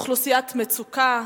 מאוכלוסיית מצוקה,